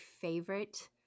favorite